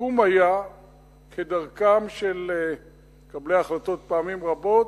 הסיכום היה כדרכם של מקבלי החלטות פעמים רבות,